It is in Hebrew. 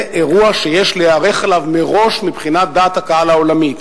זה אירוע שיש להיערך אליו מראש מבחינת דעת הקהל העולמית.